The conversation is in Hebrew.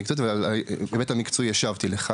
על ההיבט המקצועי השבתי לך.